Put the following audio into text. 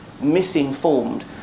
misinformed